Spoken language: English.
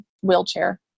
wheelchair